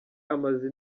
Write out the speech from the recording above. amaze